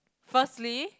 firstly